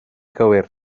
gywir